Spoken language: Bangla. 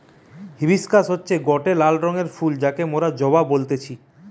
হিবিশকাস হতিছে গটে লাল রঙের ফুল যাকে মোরা জবা বলতেছি